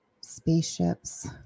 spaceships